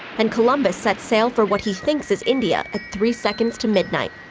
and columbus sets sail for what he thinks is india at three seconds to midnight.